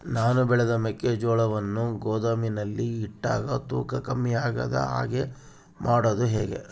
ನಾನು ಬೆಳೆದ ಮೆಕ್ಕಿಜೋಳವನ್ನು ಗೋದಾಮಿನಲ್ಲಿ ಇಟ್ಟಾಗ ತೂಕ ಕಮ್ಮಿ ಆಗದ ಹಾಗೆ ಮಾಡೋದು ಹೇಗೆ?